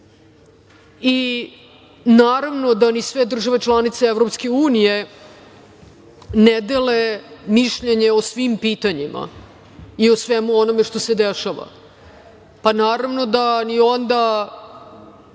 Naravno, da ni sve države članice EU ne dele mišljenje o svim pitanjima i o svemu onome što se dešava. Naravno, da onda